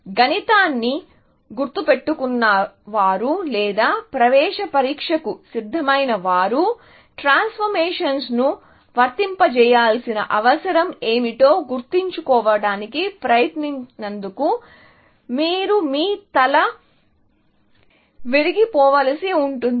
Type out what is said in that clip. గణితాన్ని గుర్తుపెట్టుకున్నవారు లేదా ప్రవేశ పరీక్షకు సిద్ధమైన వారు ట్రాన్స్ఫ్రామేషన్స్ను వర్తింపజేయాల్సిన అవసరం ఏమిటో గుర్తుంచుకోవడానికి ప్రయత్నించినందుకు మీరు మీ తల విరిగిపోవలసి ఉంటుంది